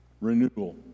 renewal